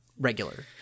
regular